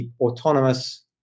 autonomous